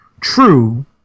True